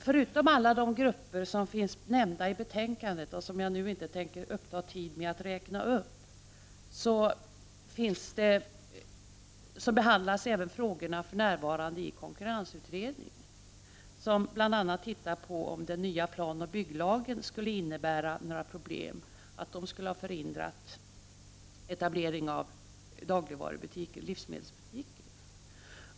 Förutom i alla de grupper som finns nämnda i betänkandet, som jag nu inte tänker uppta tid med att räkna upp, behandlas frågorna för närvarande även i konkurrensutredningen. Konkurrensutredningen studerar bl.a. om den nya planoch bygglagen skulle innebära några problem, om den skulle ha förhindrat etablering av dagligvarubutiker, livsmedelsbutiker.